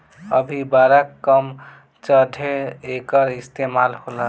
अभी बड़ा कम जघे एकर इस्तेमाल होला